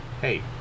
Hey